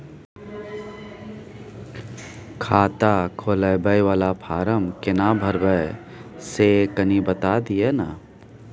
खाता खोलैबय वाला फारम केना भरबै से कनी बात दिय न?